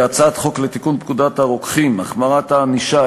בהצעת חוק לתיקון פקודת הרוקחים (החמרת הענישה),